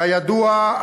כידוע,